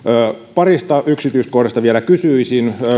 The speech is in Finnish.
parista yksityiskohdasta vielä kysyisin